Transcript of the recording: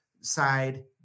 side